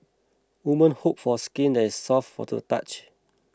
women hope for skin that is soft to the touch